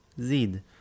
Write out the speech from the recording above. Zid